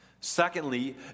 Secondly